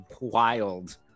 wild